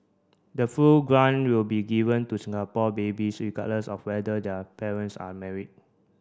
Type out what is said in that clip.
the full grant will be given to Singapore babies regardless of whether their parents are married